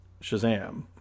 Shazam